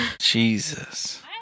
Jesus